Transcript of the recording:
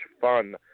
fun